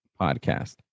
podcast